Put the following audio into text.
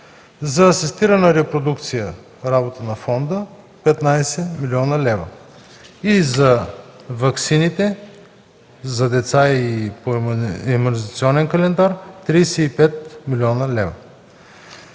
за асистирана репродукция, работа на фонда – 15 млн. лв.; и за ваксините за деца и имунизационен календар – 35 млн. лв.